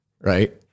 right